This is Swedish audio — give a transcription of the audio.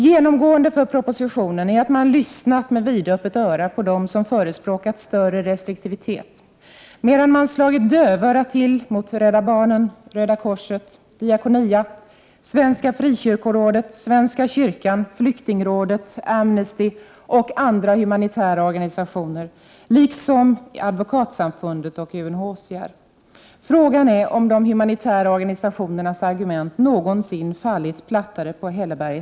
Genomgående för propositionen är att man lyssnat med vidöppet öra på dem som förespråkar större restriktivitet, medan man slagit dövörat till mot Rädda barnen, Röda korset, Diakonia, Svenska frikyrkorådet, svenska kyrkan, Flyktingrådet, Amnesty och andra humanitära organisationer, liksom Advokatsamfundet och UNHCR. Frågan är om de humanitära Prot. 1988/89:125 organisationernas argument någonsin fallit plattare på hälleberget än nu.